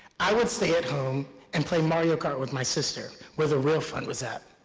i would stay at home and play mario kart with my sister, where the real fun was at.